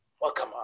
welcome